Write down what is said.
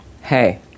hey